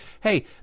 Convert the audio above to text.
hey